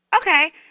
Okay